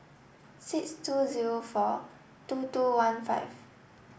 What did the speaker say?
six two zero four two two one five